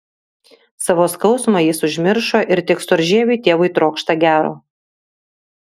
savo skausmą jis užmiršo ir tik storžieviui tėvui trokšta gero